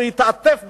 הוא התעטף בהם,